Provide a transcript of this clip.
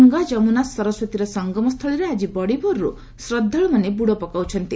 ଗଙ୍ଗା ଯମୁନା ସରସ୍ୱତୀର ସଙ୍ଗମ ସ୍ଥଳୀରେ ଆଳି ବଡ଼ିଭୋରରୁ ଶ୍ରଦ୍ଧାଳୁମାନେ ବୁଡ଼ ପକାଉଛନ୍ତି